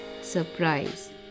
surprise